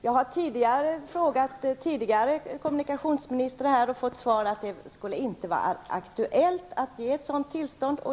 Jag har tidigare frågat företrädare till kommunikationsministern och fått svaret att det inte är aktuellt att ge ett sådant tillstånd.